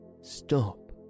Stop